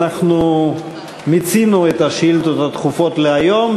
אנחנו מיצינו את השאילתות הדחופות להיום,